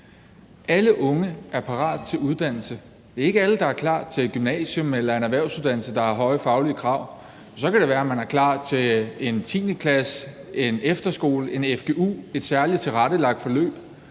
Alle unge er parat til uddannelse. Det er ikke alle, der er klar til et gymnasium eller en erhvervsuddannelse, der har høje faglige krav, men så kan det være, at man er klar til en 10. klasse, en efterskole, en fgu eller et særligt tilrettelagt forløb.